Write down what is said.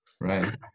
Right